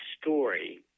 story